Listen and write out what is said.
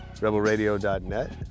rebelradio.net